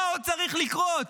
מה עוד צריך לקרות?